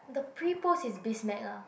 the pre post is Biz Mag ah